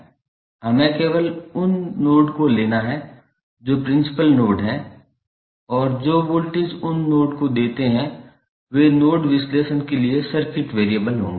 हमें केवल उन नोड लेना है जो प्रिंसिपल नोड हैं और जो वोल्टेज उन नोड को देते हैं वे नोड विश्लेषण के लिए सर्किट वैरिएबल होंगे